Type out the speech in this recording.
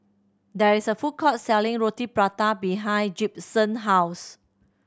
there is a food court selling Roti Prata behind Gibson house